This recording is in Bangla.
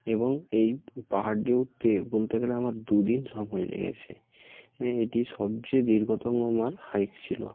এবং এই পাহাড়টি উঠতে বলতে গেলে আমার দু দিন সময় লেগেছে এ এটি সবচেয়ে দীর্ঘতম আমার হাইক ছিলো